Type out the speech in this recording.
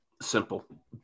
simple